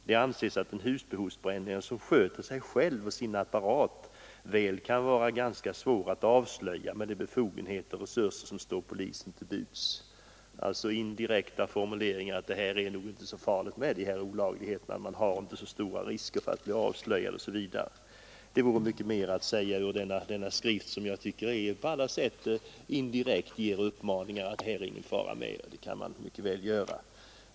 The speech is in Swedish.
Det anses att en husbehovsbrännare som sköter sig själv och sin apparat väl kan vara Om skärpt lagganska svår att avslöja med de befogenheter och resurser som står polisen stiftning mot till buds.” hembränning Indirekt vill man alltså göra gällande att det är nog inte så farligt med de här olagligheterna. Man löper inte så stor risk att bli avslöjad osv. Det vore mycket mer att anföra ur denna skrift, som jag tycker på alla sätt indirekt antyder att det här är inte farligt, det kan man mycket väl göra.